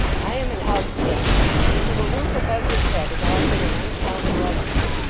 i am an outcast, to whom a roof above his head is often an uncommon luxury,